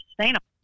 sustainable